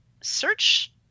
search